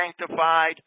sanctified